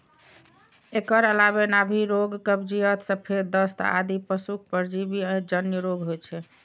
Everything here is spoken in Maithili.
एकर अलावे नाभि रोग, कब्जियत, सफेद दस्त आदि पशुक परजीवी जन्य रोग होइ छै